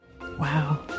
Wow